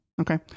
Okay